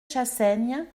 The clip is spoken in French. chassaigne